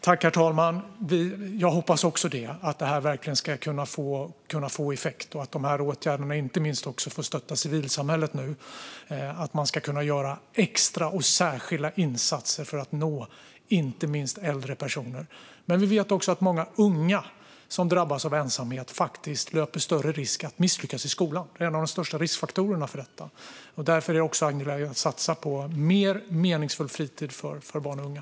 Herr talman! Jag hoppas också att detta verkligen ska kunna få effekt, inte minst åtgärderna för att stötta civilsamhället så att man ska kunna göra extra och särskilda insatser för att nå inte minst äldre personer. Vi vet dock också att många unga som drabbas av ensamhet faktiskt löper större risk att misslyckas i skolan; det är en av de största riskfaktorerna. Det är därför angeläget att även satsa på en mer meningsfull fritid för barn och unga.